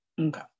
okay